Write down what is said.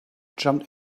jumped